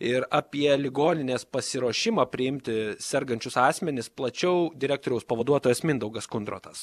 ir apie ligoninės pasiruošimą priimti sergančius asmenis plačiau direktoriaus pavaduotojas mindaugas kundrotas